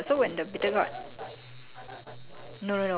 I had I tried I tried err it's red colour actually